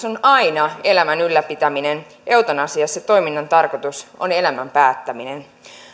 on aina elämän ylläpitäminen eutanasiassa toiminnan tarkoitus on elämän päättäminen